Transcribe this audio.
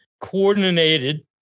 coordinated